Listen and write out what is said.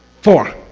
four,